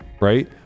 right